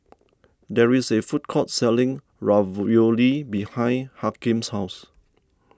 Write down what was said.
there is a food court selling Ravioli behind Hakeem's house